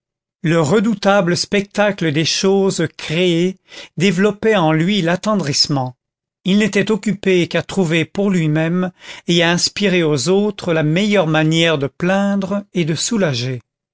le redoutable spectacle des choses créées développait en lui l'attendrissement il n'était occupé qu'à trouver pour lui-même et à inspirer aux autres la meilleure manière de plaindre et de soulager